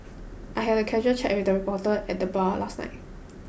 I had a casual chat with a reporter at the bar last night